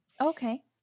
Okay